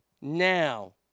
Now